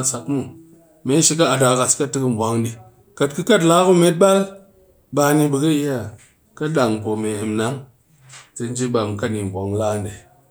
ass na, me yokom ani kat kɨ kat me la ku metbal ba'ani kɨ dang po me emnang ji vwang nga.